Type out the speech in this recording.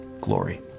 glory